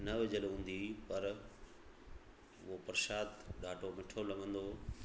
न विझल हूंदी हुई पर उहो प्रशाद ॾाढो मिठो लॻंदो हुओ